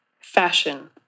fashion